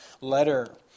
letter